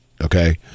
okay